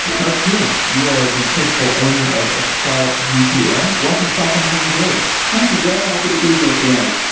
herb cunitz, you are the principal owner of accel g two m. welcome to software engineering daily thank you, jeff. happy to be here today.